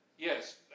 Yes